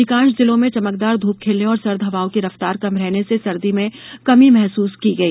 अधिकांश जिलों में चमकदार धूप खिलने और सर्द हवाओं की रफतार कम रहने से सर्दी में कमी महसूस की गई